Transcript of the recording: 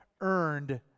earned